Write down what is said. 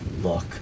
Look